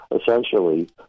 essentially